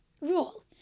rule